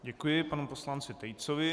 Děkuji panu poslanci Tejcovi.